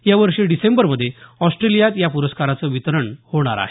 यावर्षी डिसेंबरमध्ये ऑस्ट्रेलियात या प्रस्काराचं वितरण होणार आहे